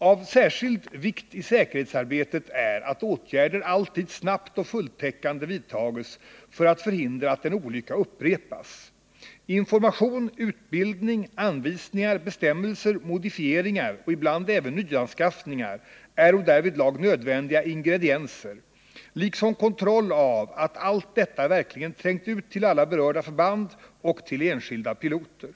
Av särskild vikt i säkerhetsarbetet är att åtgärder alltid snabbt och fulltäckande vidtas för att förhindra att en olycka upprepas. Information, utbildning, anvisningar, bestämmelser, modifieringar och ibland även nyanskaffning är därvidlag nödvändiga ingredienser liksom kontroll av att allt detta verkligen trängt ut till alla berörda förband och till enskilda piloter.